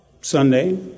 Sunday